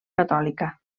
catòlica